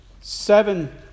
seven